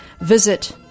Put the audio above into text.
visit